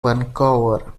vancouver